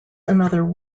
another